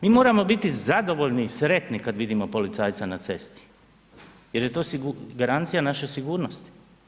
Mi moramo biti zadovoljni i sretni kad vidimo policajca na cesti jer je to garancija naše sigurnosti.